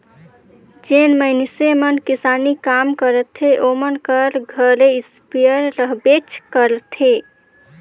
जेन मइनसे मन किसानी काम करथे ओमन कर घरे इस्पेयर रहबेच करथे